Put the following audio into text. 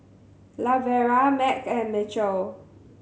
Lavera Mack and Mitchell